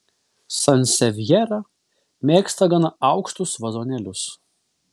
sansevjera mėgsta gana aukštus vazonėlius